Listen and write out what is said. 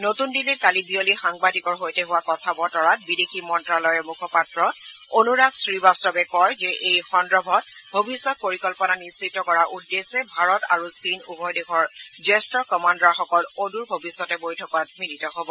নতুন দিল্লীত কালি বিয়লি সাংবাদিকৰ সৈতে হোৱা কথা বতৰাত বিদেশী মন্তালয়ৰ মুখপাত্ৰ অনুৰাগ শ্ৰীবাস্তৱে কয় যে এই সন্দৰ্ভত ভৱিষ্যত পৰিকল্পনা নিশ্চিত কৰাৰ উদ্দেশ্যে ভাৰত আৰু চীন উভয় দেশৰ জ্যেষ্ঠ কামাণ্ডাৰসকল অদুৰ ভৱিষ্যতে বৈঠকত মিলিত হ'ব